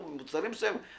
במוצרים מסוימים,